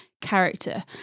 character